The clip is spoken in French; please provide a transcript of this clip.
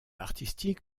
artistique